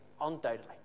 undoubtedly